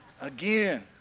Again